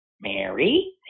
Mary